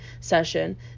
session